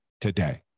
today